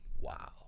Wow